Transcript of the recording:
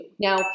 Now